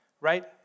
right